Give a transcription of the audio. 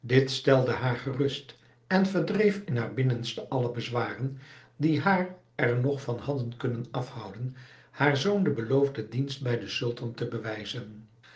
dit stelde haar gerust en verdreef in haar binnenste alle bezwaren die haar er nog van hadden kunnen afhouden haar zoon den beloofden dienst bij den sultan te bewijzen